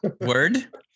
Word